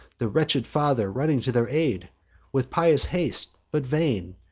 the wretched father, running to their aid with pious haste, but vain,